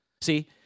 See